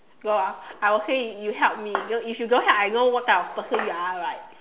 got what I will say you help me if you don't help I know what type of person you are right